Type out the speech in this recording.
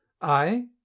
I